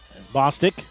Bostic